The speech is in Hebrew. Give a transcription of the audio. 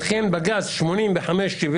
וכן בג"ץ 8570-10,